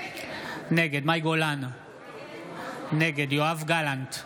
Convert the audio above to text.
נגד מאי גולן, נגד יואב גלנט,